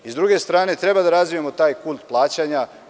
Sa druge strane, treba da razvijamo taj kult plaćanja.